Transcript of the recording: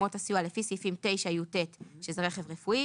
--- 9יט זה רכב רפואי